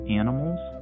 animals